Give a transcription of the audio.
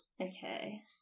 Okay